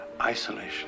isolation